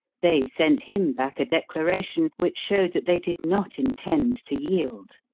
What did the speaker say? they sent him back a declaration which showed that they did not intend to yield.